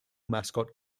mascot